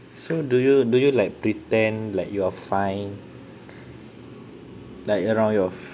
so do you do you like pretend like you are fine like around your